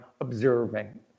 observing